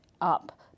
up